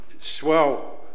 swell